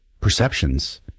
perceptions